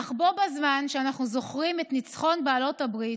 אך בזמן שאנחנו זוכרים את ניצחון בעלות הברית,